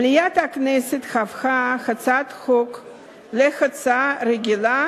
מליאת הכנסת הפכה הצעת חוק זאת להצעה רגילה